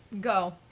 go